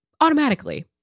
automatically